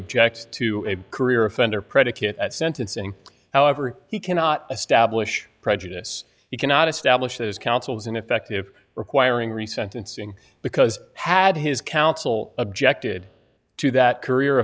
object to a career offender predicate at sentencing however he cannot establish prejudice you cannot establish as counsel is ineffective requiring re sentencing because had his counsel objected to that career